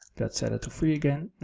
set it to three again.